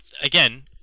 again